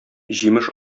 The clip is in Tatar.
җимеш